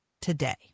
today